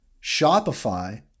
Shopify